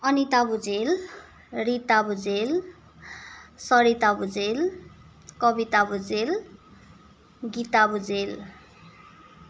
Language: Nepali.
अनिता भुजेल रीता भुजेल सरिता भुजेल कविता भुजेल गीता भुजेल